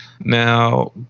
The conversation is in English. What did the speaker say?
Now